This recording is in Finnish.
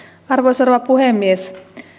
arvoisa rouva puhemies